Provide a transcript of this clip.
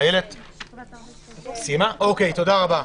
תודה רבה.